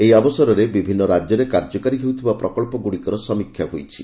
ଏହି ଅବସରରେ ବିଭିନ୍ନ ରାଜ୍ୟରେ କାର୍ଯ୍ୟକାରି ହେଉଥିବା ପ୍ରକଳ୍ପ ଗୁଡ଼ିକର ସମୀକ୍ଷା ହୋଇଛି